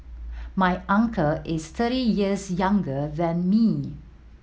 my uncle is thirty years younger than me